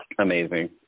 amazing